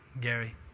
Gary